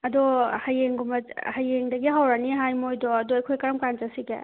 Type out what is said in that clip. ꯑꯗꯣ ꯍꯌꯦꯡꯒꯨꯝꯕ ꯍꯌꯦꯡꯗꯒꯤ ꯍꯧꯔꯅꯤ ꯍꯥꯏ ꯃꯣꯏꯗꯣ ꯑꯗꯣ ꯑꯩꯈꯣꯏ ꯀꯔꯝ ꯀꯥꯟꯗ ꯆꯠꯁꯤꯒꯦ